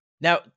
Now